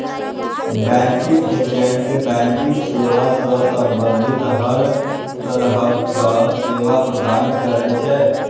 banking agent banking सेवा सं संबंधित हर तरहक सेवा प्रदान करै छै